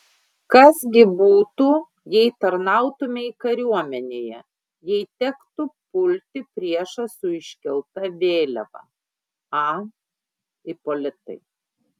kas gi būtų jei tarnautumei kariuomenėje jei tektų pulti priešą su iškelta vėliava a ipolitai